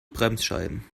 bremsscheiben